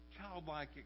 childlike